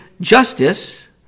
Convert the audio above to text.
justice